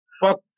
fuck